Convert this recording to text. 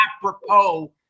apropos